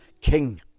king